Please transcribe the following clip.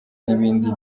n’ibindi